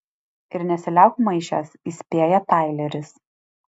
ir nesiliauk maišęs įspėja taileris